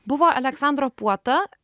buvo aleksandro puota